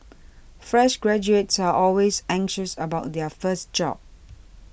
fresh graduates are always anxious about their first job